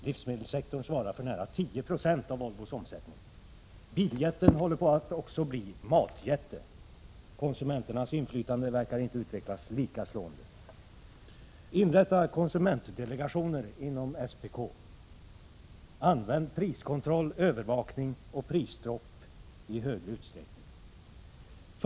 Livsmedelssektorn svarar för nära 10 96 av Volvos omsättning. Biljätten håller på att också bli matjätte. Konsumenternas inflytande verkar inte utvecklas lika slående. Inrätta konsumentdelegationer inom SPK, använd priskontroll, övervakning och prisstopp i högre utsträckning.